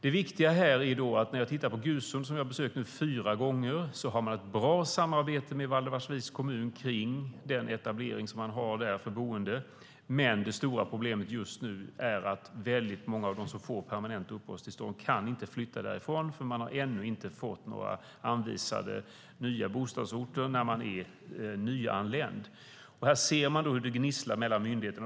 Det viktiga när vi tittar på Gusum, som jag har besökt fyra gånger, är att man har ett bra samarbete med Valdemarsviks kommun kring den etablering som de där har för boende. Men det stora problemet just nu är att väldigt många av dem som får permanent uppehållstillstånd inte kan flytta därifrån eftersom de som är nyanlända inte har fått några anvisade nya bostadsorter. Här ser vi hur det gnisslar mellan myndigheterna.